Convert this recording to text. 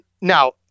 Now